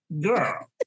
girl